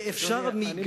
ואפשר, אני